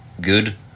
good